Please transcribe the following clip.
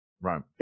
Right